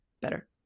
better